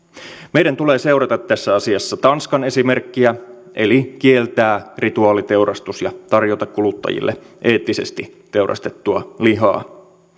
meidän tulee seurata tässä asiassa tanskan esimerkkiä eli kieltää rituaaliteurastus ja tarjota kuluttajille eettisesti teurastettua lihaa